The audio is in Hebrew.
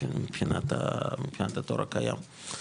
מבחינת התור הקיים.